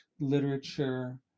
literature